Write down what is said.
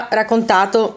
raccontato